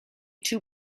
too